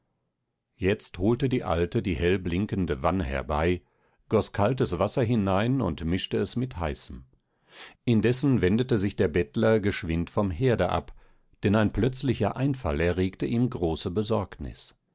jetzt holte die alte die hell blinkende wanne herbei goß kaltes wasser hinein und mischte es mit heißem indessen wendete sich der bettler geschwind vom herde ab denn ein plötzlicher einfall erregte ihm große besorgnis